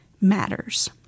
matters